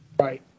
Right